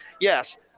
yes